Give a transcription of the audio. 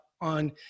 on